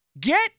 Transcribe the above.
Get